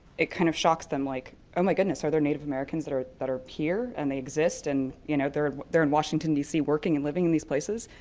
it kind of shocks them, like oh my goodness, other native americans that are that are here and they exist and you know they are in washington d c. working and living in these places?